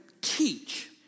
teach